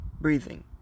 breathing